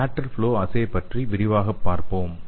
lateral flow assay பற்றி விரிவாகப் பார்ப்போம்